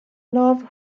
love